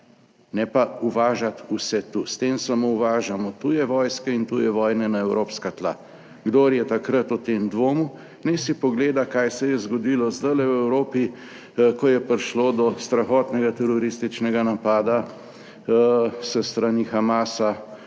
ne pa uvažati vse tu. S tem samo uvažamo tuje vojske in tuje vojne na evropska tla, kdor je takrat o tem dvomil, naj si pogleda, kaj se je zgodilo zdaj v Evropi, ko je prišlo do strahotnega terorističnega napada s strani Hamasa